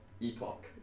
Epoch